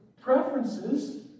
preferences